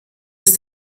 ist